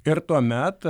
ir tuomet